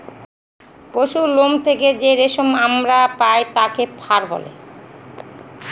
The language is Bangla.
পশুরলোম থেকে যে রেশম আমরা পায় তাকে ফার বলে